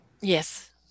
yes